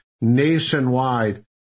nationwide